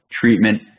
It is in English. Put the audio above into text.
treatment